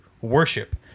worship